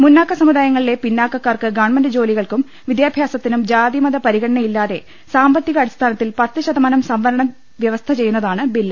മുന്നാക്ക സമുദായങ്ങളിലെ പിന്നാക്കക്കാർക്ക് ഗവൺമെന്റ് ജോലി കൾക്കും വിദ്യാഭ്യാസത്തിനും ജാതി മത പരിഗണനയില്ലാതെ സാമ്പത്തി കാടിസ്ഥാനത്തിൽ പത്ത് ശതമാനം സംവരണം വൃവസ്ഥ ചെയ്യുന്നതാണ് ബിൽ